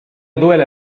duele